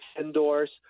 indoors